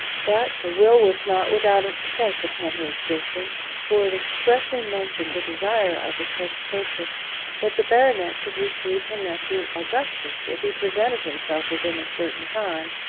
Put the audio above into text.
but the will was not without its effect upon her existence, for it expressly mentioned the desire of the testatrix that the baronet should receive her nephew augustus if he presented himself within a certain time,